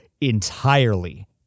entirely